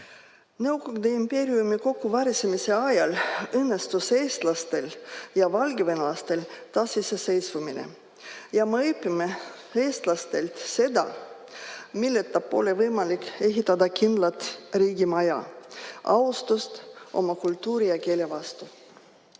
Nõukogude impeeriumi kokkuvarisemise ajal õnnestus eestlastel ja valgevenelastel taasiseseisvuda. Me õpime eestlastelt seda, milleta pole võimalik ehitada kindlat riigimaja: austust oma kultuuri ja keele vastu.